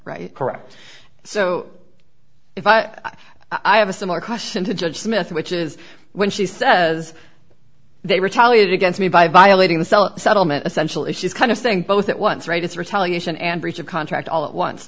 right correct so if i have a similar question to judge smith which is when she says they retaliate against me by violating the cell settlement essentially she's kind of thing both at once right it's retaliation and breach of contract all at once